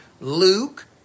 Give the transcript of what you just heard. Luke